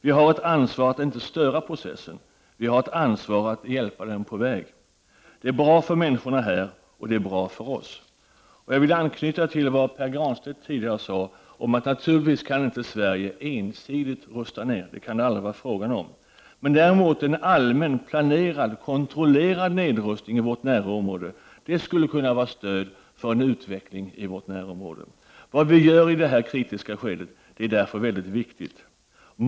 Vi har ett ansvar att inte störa processen, vi har ett ansvar att hjälpa den på väg. Det är bra för människorna här, och det är bra för oss. Jag vill här anknyta till vad Pär Granstedt tidigare sade om att Sverige naturligtvis inte ensidigt kan rusta ned. Detta kan det aldrig bli fråga om. En allmän, planerad och kontrollerad nedrustning i vårt närområde skulle däremot vara ett stöd för denna utveckling. Vad vi gör i detta kritiska skede är därför mycket viktigt.